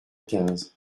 quinze